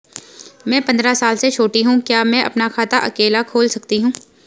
मैं पंद्रह साल से छोटी हूँ क्या मैं अपना खाता अकेला खोल सकती हूँ?